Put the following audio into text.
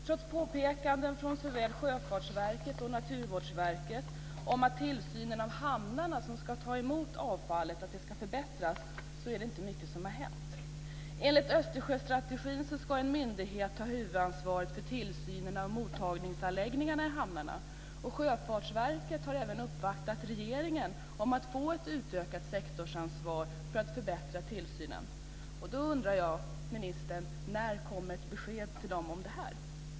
Trots påpekanden från såväl Sjöfartsverket som Naturvårdsverket om att tillsynen av hamnarna som ska ta emot avfallet måste förbättras är det inte mycket som har hänt. Enligt Östersjöstrategin ska en myndighet ha huvudansvaret för tillsynen av mottagningsanläggningarna i hamnarna. Sjöfartsverket har även uppvaktat regeringen om att få ett utökat sektorsansvar för att förbättra tillsynen. Då undrar jag: När, ministern, kommer ett besked om detta?